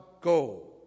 go